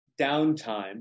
downtime